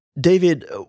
David